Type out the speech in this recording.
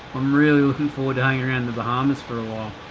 i'm really looking forward to hanging around the bahamas for a while